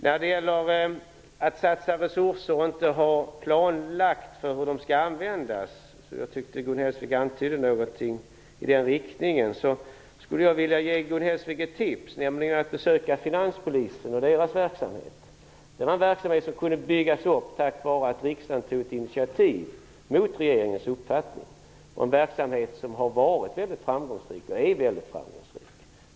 När det gäller att satsa resurser utan att ha klarlagt hur de skall användas, som Gun Hellsvik gav antydningar om, vill jag ge Gun Hellsvik ett tips, nämligen att besöka Finanspolisens verksamhet. Den verksamheten kunde byggas upp tack vare att riksdagen tog ett initiativ mot regeringens uppfattning. Denna verksamhet har varit och är mycket framgångsrik.